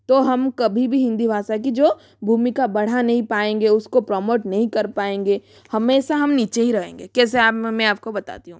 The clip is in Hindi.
तो हम कभी भी हिन्दी भाषा की जो भूमिका बढ़ा नहीं पाएंगे उसको प्रमोट नहीं कर पाएंगे हमेशा हम नीचे ही रहेंगे कैसे अब मैं आपको बताती हूँ